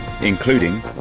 including